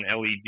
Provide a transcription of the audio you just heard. LED